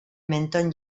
mentón